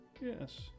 Yes